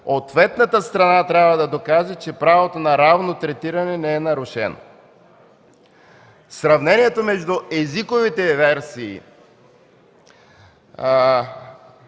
ответната страна трябва да докаже, че правото на равно третиране не е нарушено”. Сравненията между езиковите версии